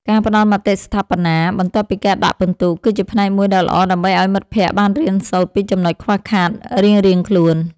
ការផ្ដល់មតិស្ថាបនា បន្ទាប់ពីការដាក់ពិន្ទុ គឺជាផ្នែកមួយដ៏ល្អដើម្បីឱ្យមិត្តភក្តិបានរៀនសូត្រពីចំណុចខ្វះខាតរៀងៗខ្លួន។